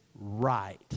right